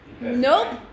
Nope